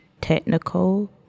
technical